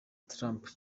trump